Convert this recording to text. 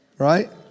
Right